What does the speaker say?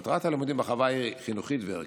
מטרת הלימודים בחווה היא חינוכית-ערכית: